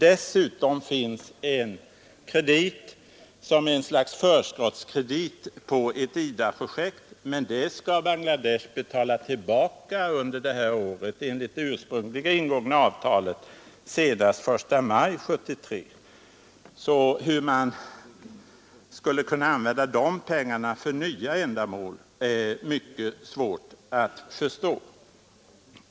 Därutöver finns en kredit, ett slags förskottskredit för ett IDA-projekt som vi ställt till Bangladeshs förfogande, men de pengarna skall Bangladesh enligt det ursprungligen ingångna avtalet betala tillbaka under detta år, senast den 1 maj 1973. Hur man skulle kunna använda dem för nya ändamål är mycket svårt att förstå.